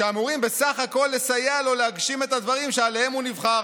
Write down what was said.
שאמורים בסך הכול לסייע לו להגשים את הדברים שעליהם הוא נבחר